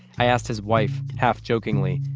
i asked his wife, half jokingly,